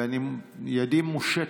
ידי מושטת,